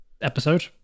episode